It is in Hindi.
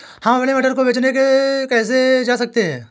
हम अपने मटर को बेचने कैसे जा सकते हैं?